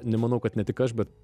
nemanau kad ne tik aš bet